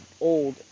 old